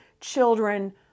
children